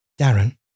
Darren